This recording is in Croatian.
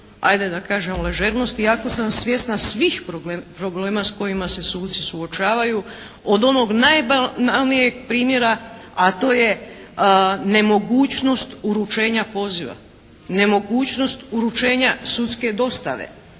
ajde da kažem ležernost iako sam svjesna svih problema s kojima se suci suočavaju od onog najbanalnijeg primjera, a to je nemogućnost uručenja poziva. Nemogućnost uručenja sudske dostave.